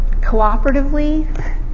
Cooperatively